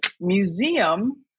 museum